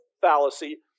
fallacy